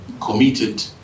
Committed